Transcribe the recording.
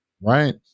right